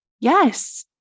yes